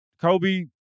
Kobe